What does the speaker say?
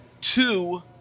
two